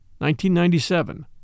1997